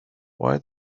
why